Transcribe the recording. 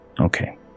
Okay